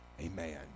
Amen